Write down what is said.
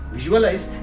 Visualize